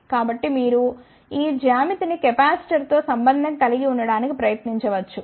కాబట్టి మీరు ఈ జ్యామితిని కెపాసిటర్తో సంబంధం కలిగి ఉండటానికి ప్రయత్నించవచ్చు